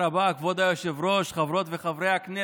תודה רבה, כבוד היושב-ראש, חברות וחברי הכנסת,